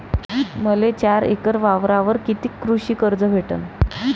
मले चार एकर वावरावर कितीक कृषी कर्ज भेटन?